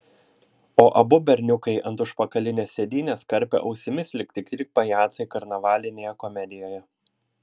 o abu berniukai ant užpakalinės sėdynės karpė ausimis lyg tikri pajacai karnavalinėje komedijoje